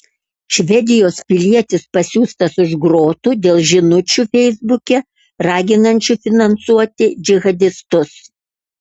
švedijos pilietis pasiųstas už grotų dėl žinučių feisbuke raginančių finansuoti džihadistus